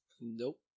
Nope